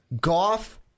Goff